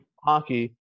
hockey